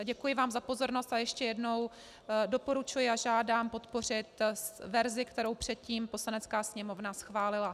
Děkuji vám za pozornost a ještě jednou doporučuji a žádám podpořit verzi, kterou předtím Poslanecká sněmovna schválila.